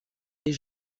des